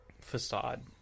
facade